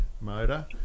motor